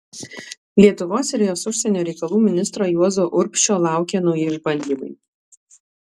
lietuvos ir jos užsienio reikalų ministro juozo urbšio laukė nauji išbandymai